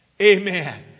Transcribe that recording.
Amen